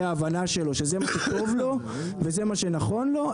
ההבנה שלו שזה מה שטוב לו וזה מה שנכון לו,